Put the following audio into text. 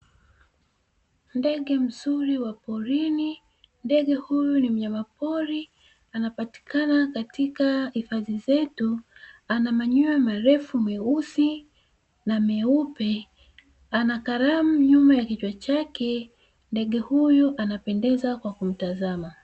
Ndege mzuri wa porini, ndege huyu ni mnyama pori anapatikana katika hifadhi zetu, ana manywele marefu meusi na meupe ana kalamu nyuma ya kichwa chake, ndege huyo anapendeza kwa kumtazama.